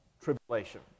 tribulation